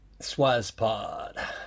SwazPod